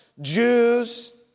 Jews